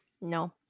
No